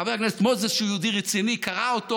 חבר הכנסת מוזס, שהוא יהודי רציני, קרא אותו.